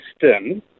system